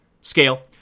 scale